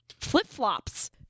flip-flops